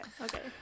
okay